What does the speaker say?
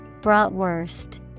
Bratwurst